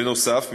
נוסף על כך,